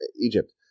Egypt